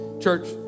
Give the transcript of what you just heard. Church